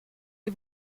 les